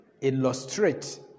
illustrate